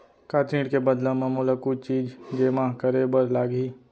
का ऋण के बदला म मोला कुछ चीज जेमा करे बर लागही?